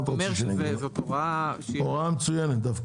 הוראה מצוינת.